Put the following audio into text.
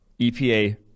epa